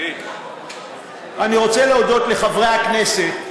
אני רוצה להודות לחברי הכנסת,